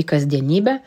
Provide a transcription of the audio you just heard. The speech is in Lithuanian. į kasdienybę